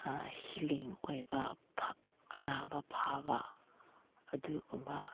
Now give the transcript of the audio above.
healing ꯑꯣꯏꯕ ꯑꯅꯥꯕ ꯐꯕ ꯑꯗꯨꯒꯨꯝꯕ